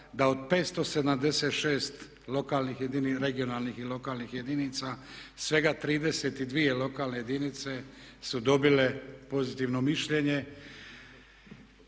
da od 576 regionalnih i lokalnih jedinica svega 32 lokalne jedinice su dobile pozitivno mišljenje.